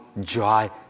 joy